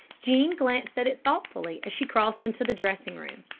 jean glanced at it thoughtfully as she crossed into the dressing-room.